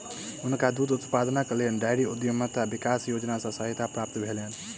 हुनका दूध उत्पादनक लेल डेयरी उद्यमिता विकास योजना सॅ सहायता प्राप्त भेलैन